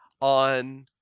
on